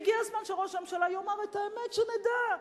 והגיע הזמן שראש הממשלה יאמר את האמת, שנדע.